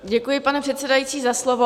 Děkuji, pane předsedající, za slovo.